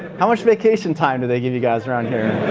how much vacation time do they give you guys around here?